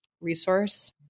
resource